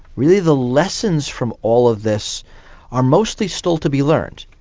really the lessons from all of this are mostly still to be learnt.